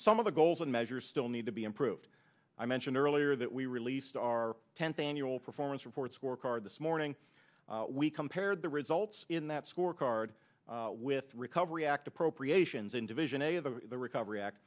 some of the goals and measures still need to be improved i mentioned earlier that we released our tenth annual performance report scorecard this morning we compared the results in that scorecard with recovery act appropriations and division a of the recovery act